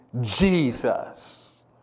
Jesus